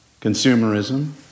consumerism